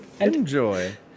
enjoy